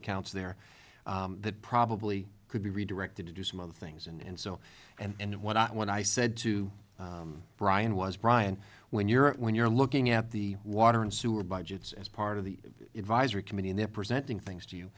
accounts there that probably could be redirected to do some other things and so and what i what i said to brian was brian when you're when you're looking at the water and sewer budgets as part of the advisory committee and they're presenting things to you